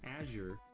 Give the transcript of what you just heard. Azure